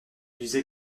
disais